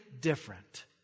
different